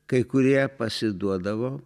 kai kurie pasiduodavo